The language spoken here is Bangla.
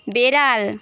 বেড়াল